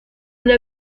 una